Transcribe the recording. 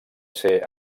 ser